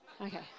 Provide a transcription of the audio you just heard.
Okay